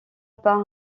par